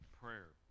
prayer